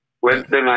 Wednesday